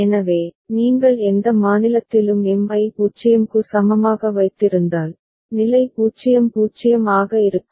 எனவே நீங்கள் எந்த மாநிலத்திலும் M ஐ 0 க்கு சமமாக வைத்திருந்தால் நிலை 0 0 ஆக இருக்கும்